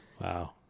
wow